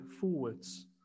forwards